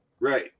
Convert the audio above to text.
Right